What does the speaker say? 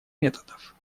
методов